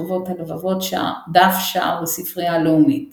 חובות הלבבות, דף שער בספרייה הלאומית